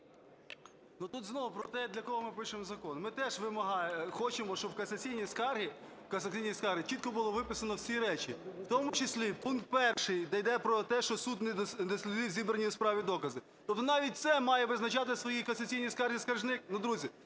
Ну тут знов про те, для кого ми пишемо закон. Ми теж хочемо, щоб в касаційній скарзі чітко було виписано всі речі, в тому числі пункт 1, де йде про те, що суд не дослідив зібрані у справі докази. Тобто навіть це має визначати у своїй касаційній скарзі скаржник?